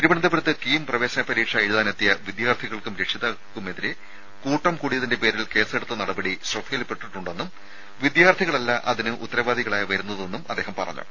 തിരുവനന്തപുരത്ത് കീം പ്രവേശന പരീക്ഷ എഴുതാനെത്തിയ വിദ്യാർത്ഥികൾക്കും രക്ഷിതാക്കൾക്കുമെതിരെ കൂട്ടം കൂടിയതിന്റെ പേരിൽ കേസെടുത്ത നടപടി ശ്രദ്ധയിൽ പെട്ടിട്ടുണ്ടെന്നും വിദ്യാർത്ഥികളല്ല അതിന് ഉത്തരവാദികളായി വരുന്നതെന്നും അദ്ദേഹം പറഞ്ഞു